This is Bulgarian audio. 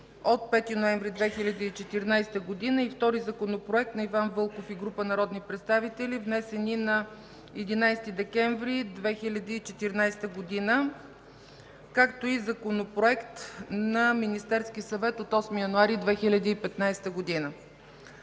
от 5 ноември 2014 г.; втори Законопроект на Иван Вълков и група народни представители, внесен на 11 декември 2014 г.; както и Законопроект на Министерския съвет от 8 януари 2015 г.